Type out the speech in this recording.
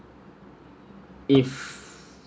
if